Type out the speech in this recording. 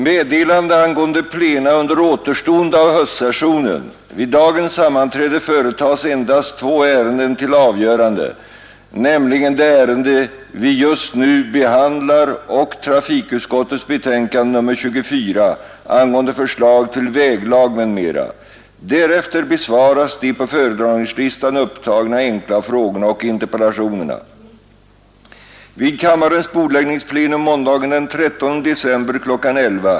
Vid dagens sammanträde företas endast två ärenden till avgörande, nämligen det ärende vi just fattat beslut om — jordbruksutskottets betänkande nr 61 — och trafikutskottets betänkande nr 24 angående förslag till väglag m.m. Därefter besvaras de på föredragningslistan upptagna enkla frågorna och interpellationerna.